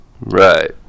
Right